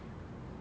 ah